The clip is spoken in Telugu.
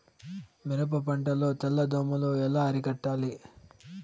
మిరప పంట లో తెల్ల దోమలు ఎలా అరికట్టాలి?